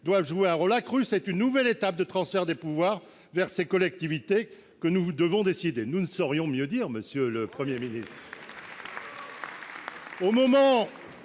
doivent jouer un rôle accru. C'est une nouvelle étape de transfert des pouvoirs vers ces collectivités que nous devons décider. » Excellent texte ! Nous ne saurions mieux dire, monsieur le Premier ministre